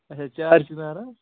اچھا چار چھِ کران